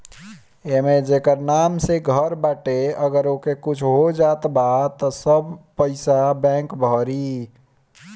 एमे जेकर नाम से घर बाटे अगर ओके कुछ हो जात बा त सब पईसा बैंक भरी